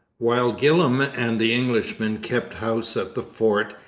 while gillam and the englishmen kept house at the fort,